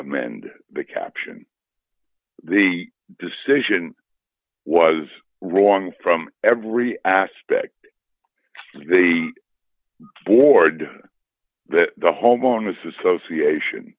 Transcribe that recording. amend the caption the decision was wrong from every aspect the board that the home on this association